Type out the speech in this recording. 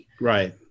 Right